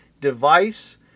device